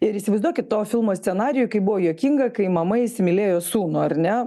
ir įsivaizduokit to filmo scenarijų kaip buvo juokinga kai mama įsimylėjo sūnų ar ne